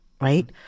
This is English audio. right